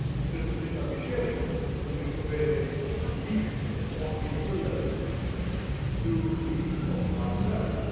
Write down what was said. the statistics i'll be sharing will be comparing the week of april eleven to the week of march seven.